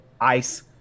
ice